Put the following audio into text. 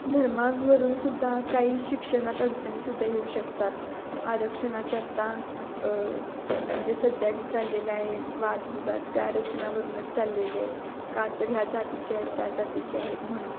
धर्मांवरून सुद्धा काही शिक्षणात अडचणीसुद्धा येऊ शकतात आरक्षणाचे आत्ता जे सध्या जे चाललेलं आहेत वादविवाद ते आरक्षणावरूनच चाललेले आहेत का तर ह्या जातीचे आहेत त्या जातीचे आहेत म्हणून